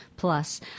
Plus